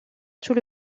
tout